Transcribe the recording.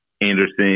Anderson